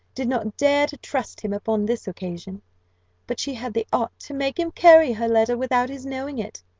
did not dare to trust him upon this occasion but she had the art to make him carry her letter without his knowing it.